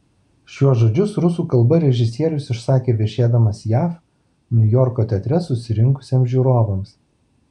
šiuos žodžius rusų kalba režisierius išsakė viešėdamas jav niujorko teatre susirinkusiems žiūrovams